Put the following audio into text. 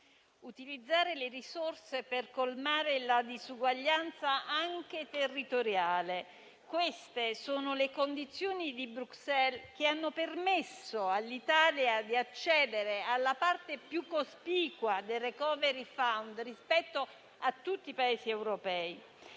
utilizzare le risorse per colmare la disuguaglianza, anche territoriale: queste sono le condizioni di Bruxelles che hanno permesso all'Italia di accedere alla parte più cospicua del *recovery fund* rispetto a tutti i Paesi europei.